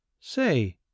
Say